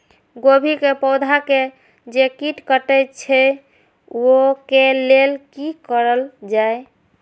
गोभी के पौधा के जे कीट कटे छे वे के लेल की करल जाय?